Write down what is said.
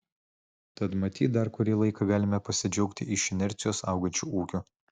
tad matyt dar kurį laiką galime pasidžiaugti iš inercijos augančiu ūkiu